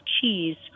cheese